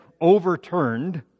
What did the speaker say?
overturned